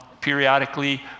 periodically